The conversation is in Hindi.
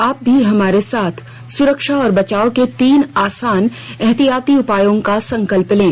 आप भी हमारे साथ सुरक्षा और बचाव के तीन आसान एहतियाती उपायों का संकल्प लें